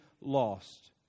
lost